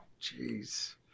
Jeez